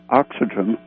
oxygen